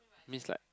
means like